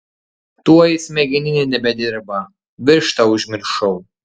tuoj smegeninė nebedirba vištą užmiršau